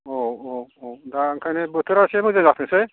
औ औ औ दा बेनिखायनो बोथोरा इसे मोजां जाथोंसै